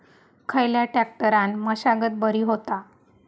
खयल्या ट्रॅक्टरान मशागत बरी होता?